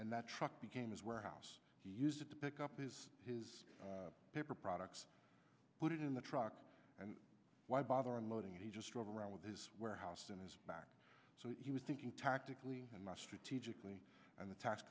and that truck became his warehouse he used to pick up his his paper products put it in the truck and why bother unloading it he just drove around with his warehouse in his back so he was thinking tactically in my strategically and the t